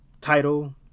title